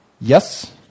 Yes